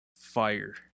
Fire